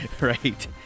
right